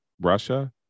Russia